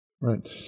Right